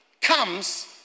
comes